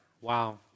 Wow